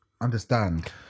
Understand